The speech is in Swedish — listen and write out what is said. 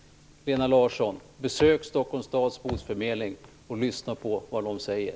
Lena Larsson, besök Stockholms stads bostadsförmedling, och lyssna på vad de säger!